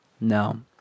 No